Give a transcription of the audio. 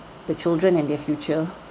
the children and their future